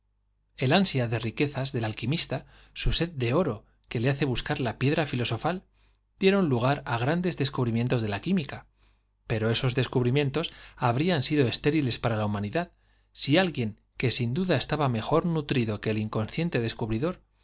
el ansia de riquezas del alquimista su sed de oro que le hacía buscar la piedra filosofal dieron lugar á gran des descubrimientos de la química pero esos des cubrimientos habrían sido estériles para la humanidad si alguien que sin duda estaba mejor nutrido que el inconsciente descubridor